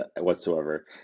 whatsoever